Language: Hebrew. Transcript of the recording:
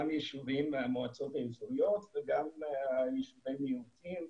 גם יישובים במועצות האזוריות וגם יישובי מיעוטים,